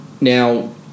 Now